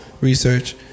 research